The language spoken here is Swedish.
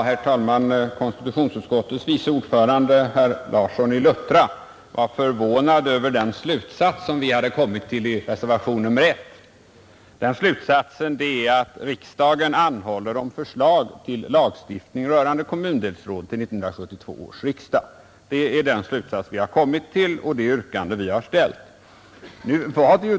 Herr talman! Konstitutionsutskottets vice ordförande, herr Larsson i Luttra, var förvånad över den slutsats vi hade kommit till i reservationen 1, när vi yrkar att riksdagen anhåller om förslag till lagstiftning rörande kommundelsråd till 1972 års riksdag.